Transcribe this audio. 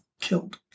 killed